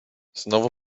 znowu